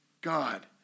God